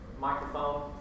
microphone